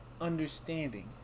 understanding